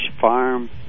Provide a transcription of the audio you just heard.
farm